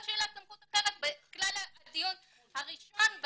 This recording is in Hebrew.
שאלת סמכות אחרת בכלל הדיון הראשון,